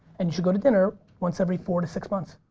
and you should go to dinner once every four to six months.